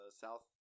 south